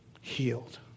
healed